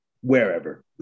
wherever